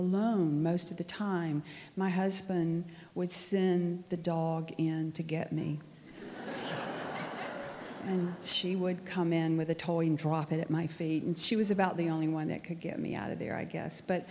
alone most of the time my husband would send the dog and to get me and she would come in with a toy and drop it at my feet and she was about the only one that could get me out of there i guess but